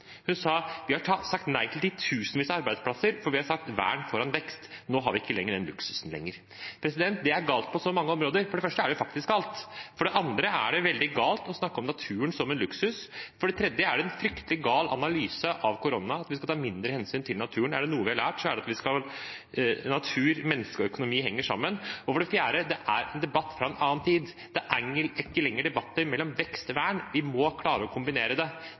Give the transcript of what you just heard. Hun sa: Vi har sagt nei til titusenvis av arbeidsplasser fordi vi har satt vern foran vekst. Nå har vi ikke lenger den luksusen. Det er galt på så mange måter. For det første er det faktisk galt. For det andre er det veldig galt å snakke om naturen som en luksus. For det tredje er det en fryktelig gal analyse av korona at vi skal ta mindre hensyn til naturen. Er det noe vi har lært, er det at natur, mennesker og økonomi henger sammen. Og for det fjerde: Det er en debatt fra en annen tid. Det er ikke lenger debatter mellom vekst og vern. Vi må klare å kombinere det.